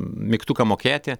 mygtuką mokėti